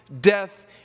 death